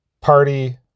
party